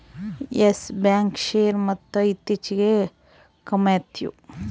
Yes Bank share ಮೊತ್ತ ಇತ್ತೀಚಿಗೆ ಕಮ್ಮ್ಯಾತು